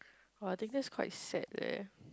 [wah] I think that's quite sad leh